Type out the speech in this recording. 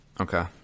Okay